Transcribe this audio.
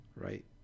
right